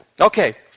Okay